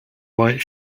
white